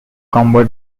combo